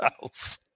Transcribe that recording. house